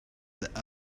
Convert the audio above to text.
that